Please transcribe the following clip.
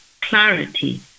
clarity